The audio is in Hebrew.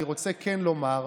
אני רוצה כן לומר,